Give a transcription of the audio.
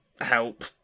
help